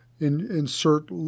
insert